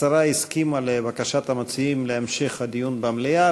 השרה הסכימה לבקשת המציעים להמשך הדיון במליאה,